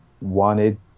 wanted